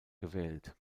gewählt